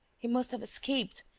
he must have escaped,